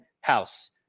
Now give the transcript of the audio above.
House